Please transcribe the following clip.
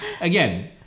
again